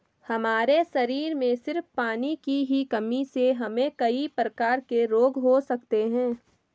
हमारे शरीर में सिर्फ पानी की ही कमी से हमे कई प्रकार के रोग हो सकते है